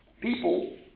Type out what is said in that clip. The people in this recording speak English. people